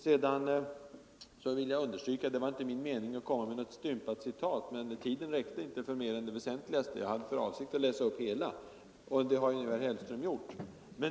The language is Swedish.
Sedan vill jag understryka att det inte var min mening att komma med något stympat citat. Men tiden räckte inte för mer än det väsentligaste. Jag hade för avsikt att läsa upp hela avsnittet, och det har nu herr Hellström gjort.